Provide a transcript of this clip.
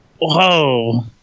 whoa